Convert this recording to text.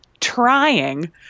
trying